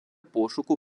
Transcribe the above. пошуку